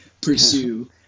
pursue